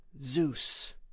Zeus